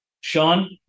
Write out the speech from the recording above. Sean